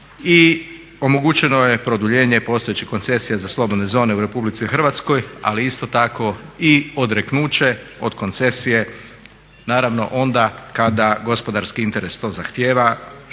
i omogućeno je produljenje postojećih koncesija za slobodne zone u RH ali isto tako i odreknuće od koncesije naravno onda kada gospodarski interes to zahtjeva